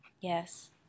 yes